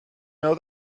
know